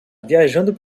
viajando